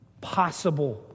possible